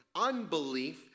Unbelief